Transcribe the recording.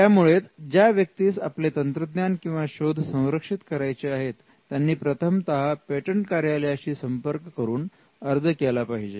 त्यामुळेच ज्या व्यक्तीस आपले तंत्रज्ञान किंवा शोध संरक्षित करायचे आहेत त्यांनी प्रथमतः पेटंट कार्यालयाशी संपर्क करून अर्ज केला पाहिजे